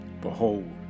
Behold